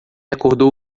acordou